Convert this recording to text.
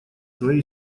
своей